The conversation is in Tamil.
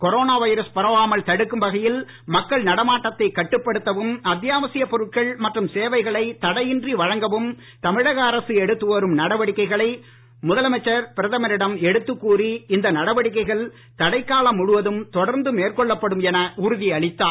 கொரோனா வைரஸ் பரவாமல் தடுக்கும் வகையில் மக்கள் நடமாட்டத்தைக் கட்டப்படுத்தவும் அத்தியாவசியப் பொருட்கள் மற்றும் சேவைகளைத் தடையின்றி வழங்கவும் தமிழக அரசு எடுத்து வரும் நடவடிக்கைகளை முதலமைச்சர் பிரதமரிடம் எடுத்துக் கூறி இந்நடவடிக்கைகள் தடைக்காலம் முழுவதும் தொடர்ந்து மேற்கொள்ளப் படும் என உறுதி அளித்தார்